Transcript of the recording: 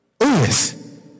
yes